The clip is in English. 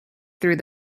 through